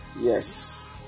Yes